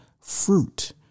fruit